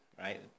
right